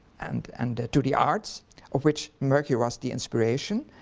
and and to the arts of which mercury was the inspiration.